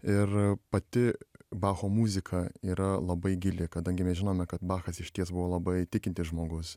ir pati bacho muzika yra labai gili kadangi mes žinome kad bachas išties buvo labai tikintis žmogus